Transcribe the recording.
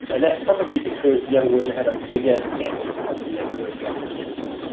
and that's probably because younger women have a bigger net of men who are attracted to them.